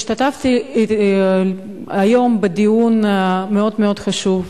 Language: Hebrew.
השתתפתי היום בדיון מאוד מאוד חשוב,